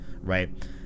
right